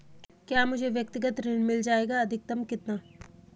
क्या मुझे व्यक्तिगत ऋण मिल जायेगा अधिकतम कितना?